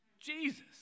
Jesus